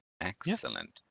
Excellent